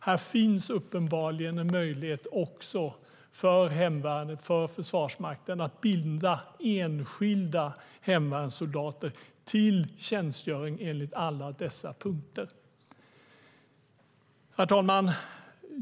Här finns uppenbarligen en möjlighet också för hemvärnet, för Försvarsmakten, att binda enskilda hemvärnssoldater till tjänstgöring enligt alla dessa punkter. Herr talman!